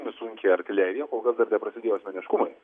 nesunkią artileriją kol kas dar neprasidėjo asmeniškumai